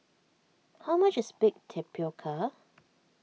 how much is Baked Tapioca